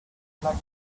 through